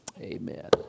Amen